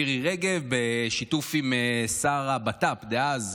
מירי רגב, בשיתוף עם שר הבט"פ דאז,